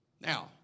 Now